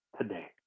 today